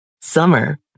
Summer